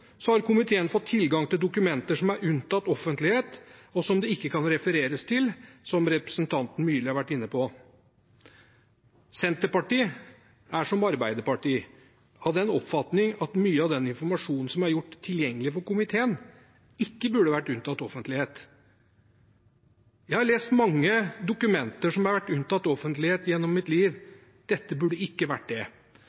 har komiteen fått tilgang til dokumenter som er unntatt offentlighet og som det ikke kan refereres til, som representanten Myrli har vært inne på. Senterpartiet er, som Arbeiderpartiet, av den oppfatning at mye av den informasjonen som er gjort tilgjengelig for komiteen, ikke burde ha vært unntatt offentlighet. Jeg har i mitt liv lest mange dokumenter som har vært unntatt offentlighet